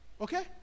okay